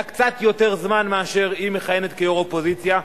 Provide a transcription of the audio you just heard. הוא היה קצת יותר זמן מאשר היא מכהנת כיו"ר האופוזיציה,